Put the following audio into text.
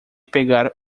pegar